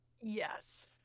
Yes